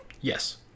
yes